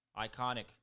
Iconic